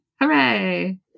Hooray